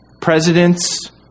presidents